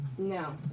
No